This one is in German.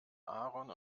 aaron